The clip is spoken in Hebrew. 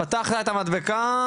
פתחת את המדבקה,